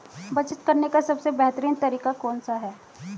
बचत करने का सबसे बेहतरीन तरीका कौन सा है?